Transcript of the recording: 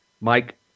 Mike